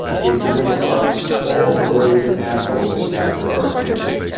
he exemplifies all the ways an asshole can capture our attention.